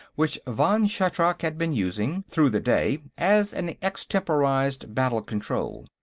which vann shatrak had been using, through the day, as an extemporised battle-control.